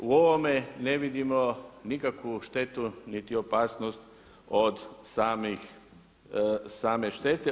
U ovome ne vidimo nikakvu štetu niti opasnost od same štete.